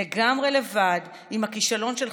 לגמרי לבד עם הכישלון שלך,